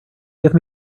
give